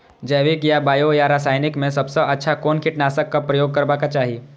जैविक या बायो या रासायनिक में सबसँ अच्छा कोन कीटनाशक क प्रयोग करबाक चाही?